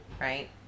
right